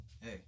hey